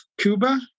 Cuba